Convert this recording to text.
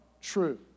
true